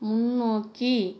முன்னோக்கி